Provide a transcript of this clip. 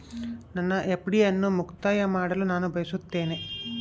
ನನ್ನ ಎಫ್.ಡಿ ಅನ್ನು ಮುಕ್ತಾಯ ಮಾಡಲು ನಾನು ಬಯಸುತ್ತೇನೆ